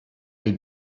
les